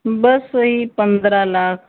बस वही पंद्रह लाख